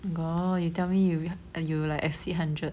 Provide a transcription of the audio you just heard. got you tell me you uh you like exceed hundred